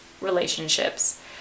relationships